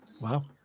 wow